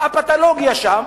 הפתולוגיה שם.